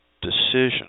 decision